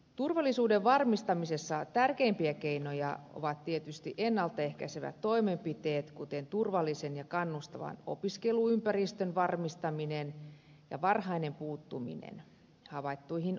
turvallisuuden varmistamisessa tärkeimpiä keinoja ovat tietysti ennalta ehkäisevät toimenpiteet kuten turvallisen ja kannustavan opiskeluympäristön varmistaminen ja varhainen puuttuminen havaittuihin ongelmiin